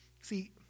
See